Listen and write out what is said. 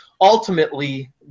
Ultimately